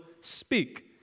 speak